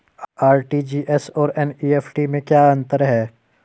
RTGS और NEFT में क्या अंतर है?